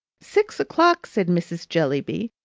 six o'clock! said mrs. jellyby.